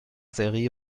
seri